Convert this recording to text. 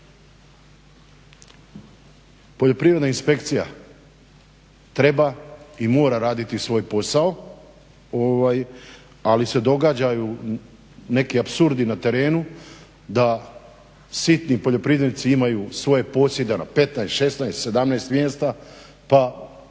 Poljoprivredna inspekcija treba i mora raditi svoj posao, ali se događaju neki apsurdi na terenu da sitni poljoprivrednici imaju svoje posjede na 15, 16 , 17 mjesta pa